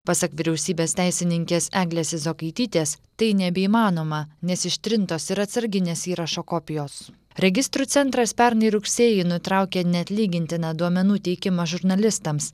pasak vyriausybės teisininkės eglės zokaitytės tai nebeįmanoma nes ištrintos ir atsarginės įrašo kopijos registrų centras pernai rugsėjį nutraukė neatlygintiną duomenų teikimą žurnalistams